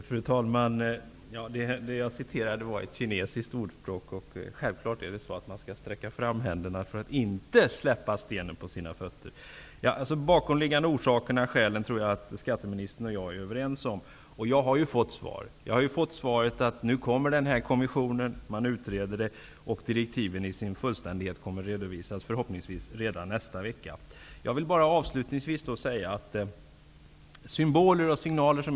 Fru talman! Jag återgav ett kinesiskt ordspråk. Självfallet skall man sträcka fram händerna för att inte släppa stenen på sina fötter. Jag tror att skatteministern och jag är överens om de bakomliggande orsakerna. Jag har fått svar. Jag har fått svaret att kommittén nu kommer, att detta skall utredas och att direktiven kommer att redovisas i sin fullständighet förhoppningsvis redan nästa vecka. Det är ju populärt att tala om signaler nu.